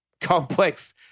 complex